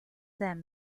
them